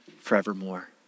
forevermore